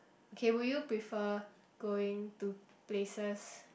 okay would you prefer going to places